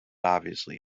obviously